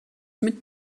mit